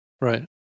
Right